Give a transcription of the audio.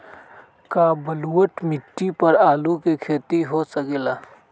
का बलूअट मिट्टी पर आलू के खेती हो सकेला?